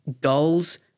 goals